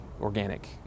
organic